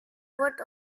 wordt